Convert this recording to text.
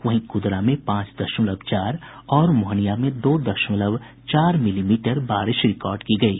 वहीं कुदरा में पांच दशमलव चार और मोहनियां में दो दशमलव चार मिलीमीटर बारिश रिकार्ड की गयी